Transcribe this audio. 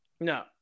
No